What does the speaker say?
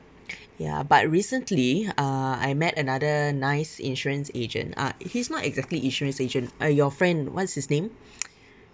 ya but recently uh I met another nice insurance agent uh he's not exactly insurance agent uh your friend what's his name